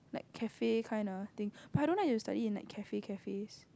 like cafe kind ah I think but I don't like to study in the cafe cafes